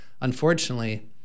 Unfortunately